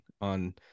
on